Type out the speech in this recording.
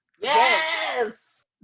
Yes